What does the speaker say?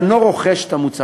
המשרד אינו רוכש את המוצרים.